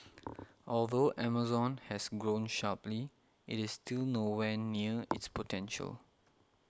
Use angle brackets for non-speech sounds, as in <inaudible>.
<noise> although Amazon has grown sharply it is still nowhere near <noise> its potential